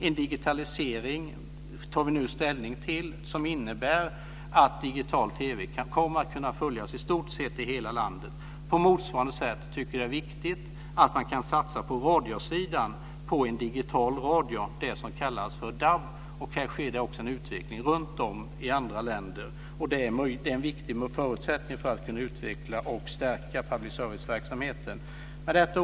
Vi tar nu ställning till en digitalisering, som innebär att digital TV kommer att kunna följas i stort sett i hela landet. På motsvarande sätt är det viktigt att kunna satsa på digital radio, det som kallas för DAB. Här sker en utveckling runtom i andra länder. Det är en viktig förutsättning för att kunna utveckla och stärka public serviceverksamheten. Fru talman!